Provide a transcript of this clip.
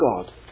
God